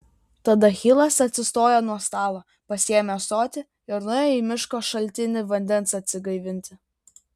tada hilas atsistojo nuo stalo pasiėmė ąsotį ir nuėjo į miško šaltinį vandens atsigaivinti